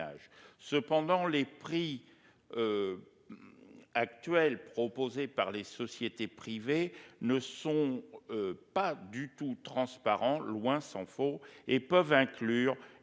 Cependant, les prix actuels proposés par les sociétés privées ne sont pas du tout transparents, tant s'en faut. Ils peuvent inclure